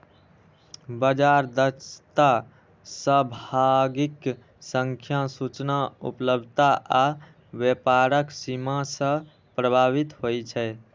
बाजार दक्षता सहभागीक संख्या, सूचना उपलब्धता आ व्यापारक सीमा सं प्रभावित होइ छै